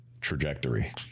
trajectory